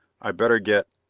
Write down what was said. i'd better get.